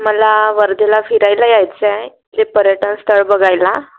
मला वर्धेला फिरायला यायचं आहे ते पर्यटनस्थळ बघायला